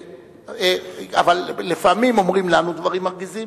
אבל לפעמים אומרים לנו דברים מרגיזים